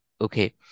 Okay